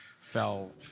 fell